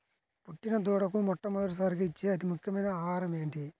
పుట్టిన దూడకు మొట్టమొదటిసారిగా ఇచ్చే అతి ముఖ్యమైన ఆహారము ఏంటి?